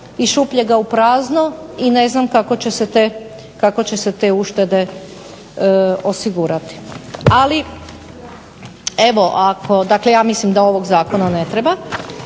iz šupljega u prazno i ne znam kako će se te uštede osigurati. Ali, evo ako, dakle ja mislim da ovog zakona ne treba,